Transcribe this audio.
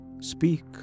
speak